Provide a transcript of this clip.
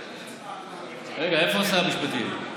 רגע, איפה שר המשפטים?